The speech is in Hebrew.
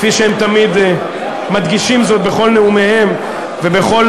כפי שהם תמיד מדגישים זאת בכל נאומיהם ובכל